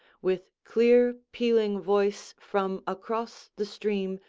with clear-pealing voice from across the stream,